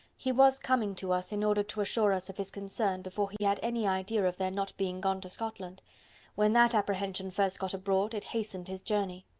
he was coming to us, in order to assure us of his concern, before he had any idea of their not being gone to scotland when that apprehension first got abroad, it hastened his journey.